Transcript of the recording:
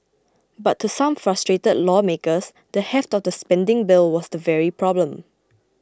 but to some frustrated lawmakers the heft of the spending bill was the very problem